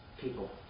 people